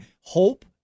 hope